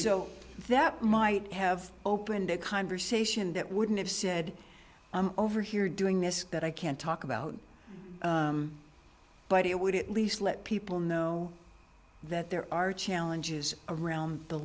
so that might have opened a conversation that wouldn't have said i'm over here doing this that i can't talk about but it would at least let people know that there are challenges around the